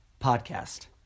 podcast